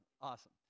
awesome